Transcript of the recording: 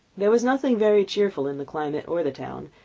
there was nothing very cheerful in the climate or the town,